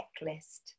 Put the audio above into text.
checklist